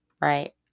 right